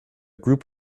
group